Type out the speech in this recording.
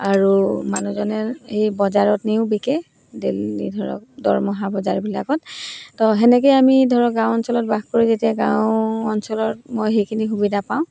আৰু মানুহজনে সেই বজাৰত নিও বিকে দেইলি ধৰক দৰমহা বজাৰবিলাকত তো সেনেকৈয়ে আমি ধৰক গাঁও অঞ্চলত বাস কৰি যেতিয়া গাঁও অঞ্চলত মই সেইখিনি সুবিধা পাওঁ